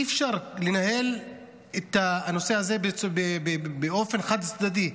אי-אפשר לנהל את הנושא הזה באופן חד-צדדי.